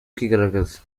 kwigaragaza